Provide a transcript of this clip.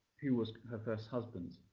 who was her first husband?